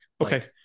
Okay